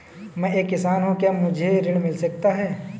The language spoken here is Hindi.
मैं एक किसान हूँ क्या मुझे ऋण मिल सकता है?